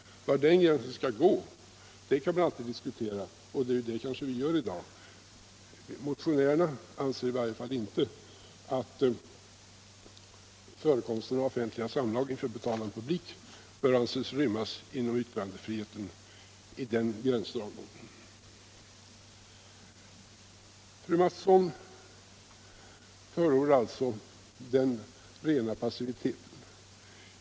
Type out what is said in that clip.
Var den gränsen skall gå kan man naturligtvis alltid diskutera, och det kanske vi gör i dag, men motionärerna anser i varje fall inte att förekomsten av offentliga samlag inför betalande publik bör kunna rymmas inom yttrandefriheten vid den gränsdragningen. Fröken Mattson förordar alltså den rena passiviteten.